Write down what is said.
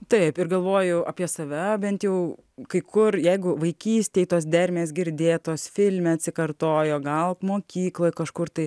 taip ir galvoju apie save bent jau kai kur jeigu vaikystėj tos dermės girdėtos filme atsikartojo gal mokykloj kažkur tai